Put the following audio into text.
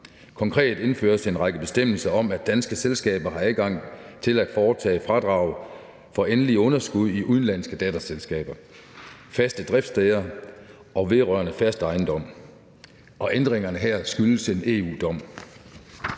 Konkret indføres en række bestemmelser om, at danske selskaber har adgang til at foretage fradrag for endelige underskud i udenlandske datterselskaber og faste driftssteder og underskud vedrørende fast ejendom. Ændringerne her skyldes en EU-dom.